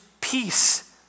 peace